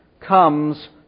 comes